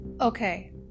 Okay